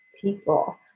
people